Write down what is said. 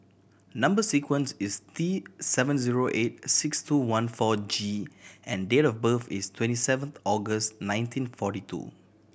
number sequence is T seven zero eight six two one four G and date of birth is twenty seventh August nineteen forty two